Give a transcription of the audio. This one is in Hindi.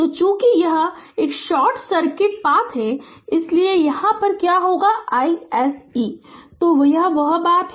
तो चूंकि यह एक शॉर्ट सर्किट पथ है इसलिए क्या होगा isc तो वह बात है